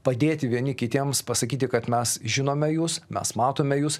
padėti vieni kitiems pasakyti kad mes žinome jus mes matome jus